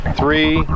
three